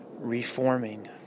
reforming